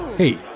Hey